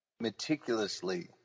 meticulously